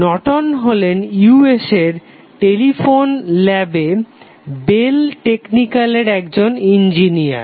Norton হলেন USA এর telephone ল্যাবে বেল ট্যেকনিক্যালের একজন ইঞ্জিনিয়ার